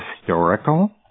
historical